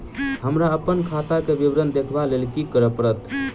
हमरा अप्पन खाताक विवरण देखबा लेल की करऽ पड़त?